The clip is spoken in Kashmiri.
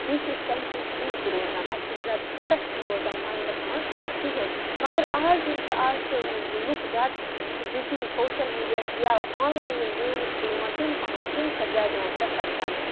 بیٚیہِ چھِ أسۍ ٹٮ۪نشَن فِرٛی تہِ روزان اَسہِ چھُنہٕ زیادٕ سٕٹرٛٮ۪س چھُنہٕ روزان ماینٛڈَس منٛز کِہیٖنۍ مگر اَز یِم چھِ اَز چھِ لُکھ زیادٕ چھِ بِزی سوشَل میٖڈیا چھِ یا آن لاین یِم گیمٕز چھےٚ یِوان تِم پَہنہِ تِم چھےٚ زیادٕ یِوان پرٛٮ۪فَر کَرنہٕ